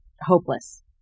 hopeless